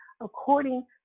according